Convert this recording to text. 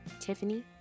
Tiffany